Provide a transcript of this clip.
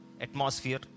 atmosphere